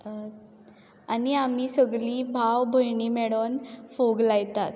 आनी आमी सगळी भाव भयणी मेळून फोग लायतात